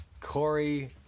Corey